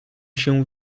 się